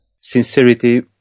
Sincerity